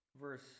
verse